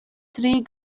three